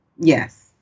Yes